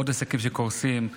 עוד עסקים שקורסים,